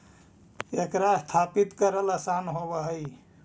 एकरा स्थापित करल आसान होब हई